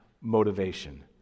motivation